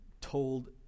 told